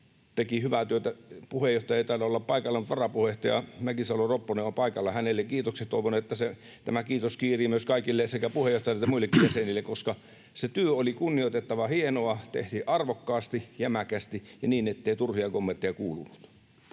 teki hyvää työtä. Puheenjohtaja ei taida olla paikalla, mutta varapuheenjohtaja Mäkisalo-Ropponen on paikalla — hänelle kiitokset, ja toivon, että tämä kiitos kiirii kaikille, myös sekä puheenjohtajalle että muillekin jäsenille, koska se työ oli kunnioitettavan hienoa ja se tehtiin arvokkaasti, jämäkästi ja niin, ettei turhia kommentteja kuulunut.